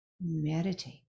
Meditate